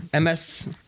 MS